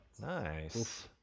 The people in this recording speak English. Nice